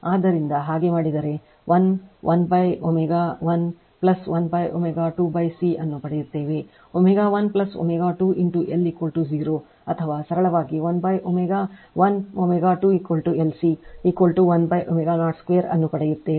ಆದ್ದರಿಂದ ಹಾಗೆ ಮಾಡಿದರೆ 11ω 1 1ω2 C ಅನ್ನು ಪಡೆಯುತ್ತೇವೆ ω 1 ω2 ಇಂಟು L 0 ಅಥವಾ ಸರಳವಾಗಿ 1ω 1 ω2 LC 1ω02 ಅನ್ನು ಪಡೆಯುತ್ತೇವೆ